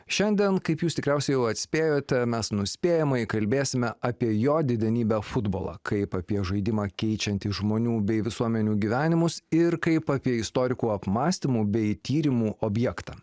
šiandien kaip jūs tikriausiai jau atspėjote mes nuspėjamai kalbėsime apie jo didenybę futbolą kaip apie žaidimą keičianti žmonių bei visuomenių gyvenimus ir kaip apie istorikų apmąstymų bei tyrimo objektą